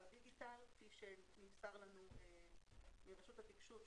הדיגיטל כפי שנמסר אלינו מרשות התקשוב,